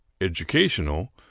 educational